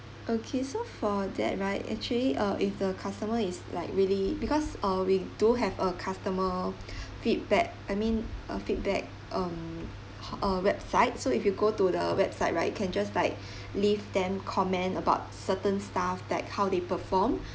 okay so for that right actually uh if the customer is like really because uh we do have a customer feedback I mean a feedback um a website so if you go to the website right you can just like leave them comment about certain staff like how they perform